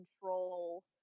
control